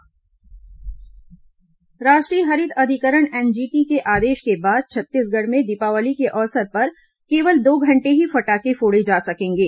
NGT फटाखा समय फसल अवशेष राष्ट्रीय हरित अधिकरण एनजीटी के आदेश के बाद छत्तीसगढ़ में दीपावली के अवसर पर केवल दो घंटे ही फटाखे फोड़े जा सकेंगे